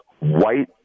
white